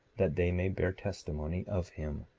that they may bear testimony of him.